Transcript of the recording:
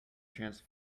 chance